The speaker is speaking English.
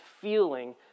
feeling